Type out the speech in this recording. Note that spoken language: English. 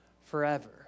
forever